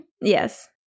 yes